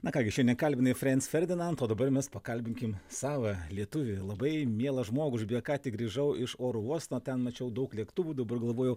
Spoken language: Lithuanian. na ką gi šiandien kalbinai frens ferdinand o dabar mes pakalbinkim savą lietuvį labai mielą žmogų aš beje ką tik grįžau iš oro uosto ten mačiau daug lėktuvų dabar galvojau